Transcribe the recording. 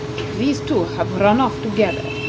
if these two have run off together,